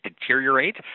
deteriorate